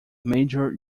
major